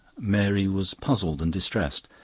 mary was puzzled and distressed.